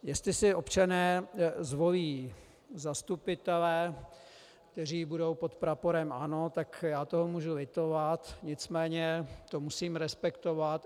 Jestli si občané zvolí zastupitele, kteří budou pod praporem ANO, tak já toho můžu litovat, nicméně to musím respektovat.